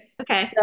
Okay